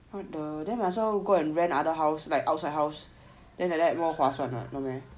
then might as well go and rent other house like outside house then like that more 划算 no meh